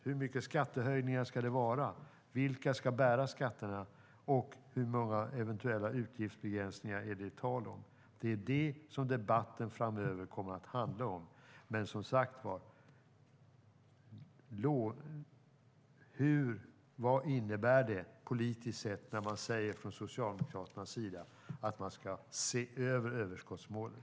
Hur mycket skattehöjningar ska det vara? Vilka ska bära skatterna? Och hur många eventuella utgiftsbegränsningar är det tal om? Det är det som debatten framöver kommer att handla om. Men vad innebär det, politiskt sett, när man från Socialdemokraternas sida säger att man ska se över överskottsmålet?